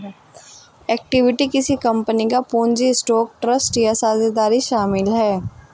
equity किसी company का पूंजी स्टॉक ट्रस्ट या साझेदारी शामिल है